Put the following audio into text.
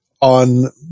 on